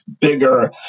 bigger